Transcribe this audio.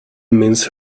mince